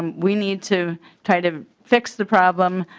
and we need to try to fix the problem.